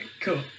cool